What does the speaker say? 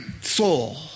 soul